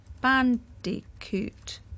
bandicoot